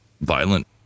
violent